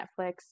Netflix